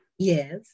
yes